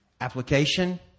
Application